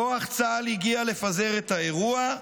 כוח צה"ל הגיע לפזר את האירוע,